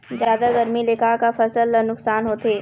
जादा गरमी ले का का फसल ला नुकसान होथे?